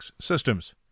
systems